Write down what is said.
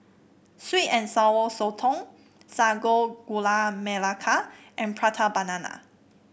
sweet and Sour Sotong Sago Gula Melaka and Prata Banana